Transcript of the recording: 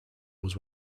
was